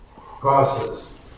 process